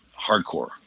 hardcore